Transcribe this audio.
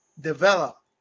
develop